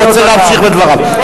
הוא רוצה להמשיך בדבריו.